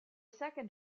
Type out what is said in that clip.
second